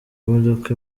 imodoka